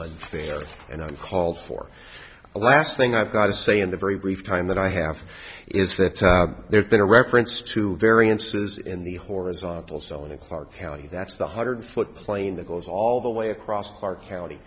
unfair and uncalled for the last thing i've got to stay in the very brief time that i have is that there's been a reference to variances in the horizontal zone in clark county that's the hundred foot plane that goes all the way across clark county